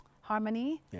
harmony